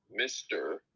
Mr